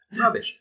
Rubbish